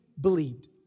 believed